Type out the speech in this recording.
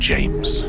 James